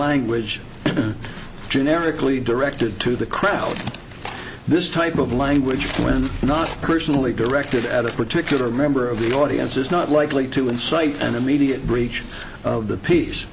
language generically directed to the crowd this type of language when not personally directed at a particular member of the audience is not likely to incite an immediate breach of the peace